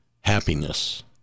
happiness